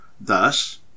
Thus